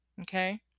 okay